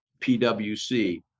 PWC